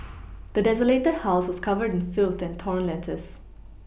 the desolated house was covered in filth and torn letters